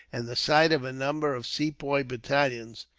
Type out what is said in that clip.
and the sight of a number of sepoy battalions,